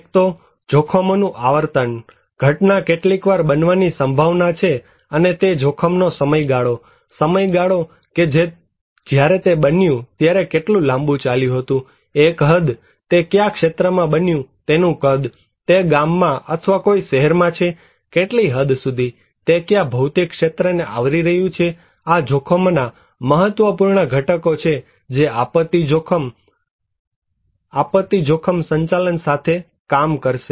એક તો જોખમો નું આવર્તન ઘટના કેટલી વાર બનવાની સંભાવના છે અને તે જોખમ નો સમયગાળો સમયગાળો કે જ્યારે તે બન્યું ત્યારે કેટલું લાંબું ચાલ્યું એક હદ તે કયા ક્ષેત્રમાં બન્યું તેનું કદ તે ગામમાં અથવા કોઈ શહેરમાં છે કેટલી હદ સુધી તે કયા ભૌતિક ક્ષેત્રને આવરી રહ્યું છે આ જોખમોના મહત્વપૂર્ણ ઘટકો છે જે આપત્તિ જોખમ સંચાલન સાથે કામ કરશે